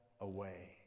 away